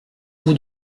bout